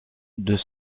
deux